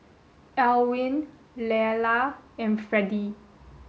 Elwin Leila and Fredie